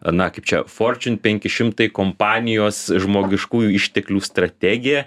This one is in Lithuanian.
na kaip čia forčiun penki šimtai kompanijos žmogiškųjų išteklių strategė